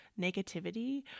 negativity